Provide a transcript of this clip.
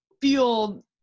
feel